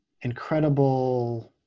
incredible